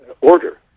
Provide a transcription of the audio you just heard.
order